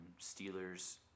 Steelers